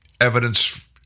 Evidence